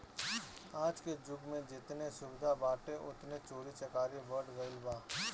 आजके जुग में जेतने सुविधा बाटे ओतने चोरी चकारी बढ़ गईल बा